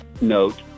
note